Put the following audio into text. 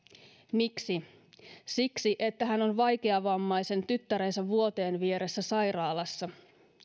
miksi siksi että hän on vaikeavammaisen tyttärensä vuoteen vierellä sairaalassa